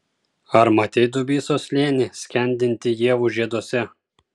ar matei dubysos slėnį skendintį ievų žieduose